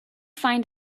find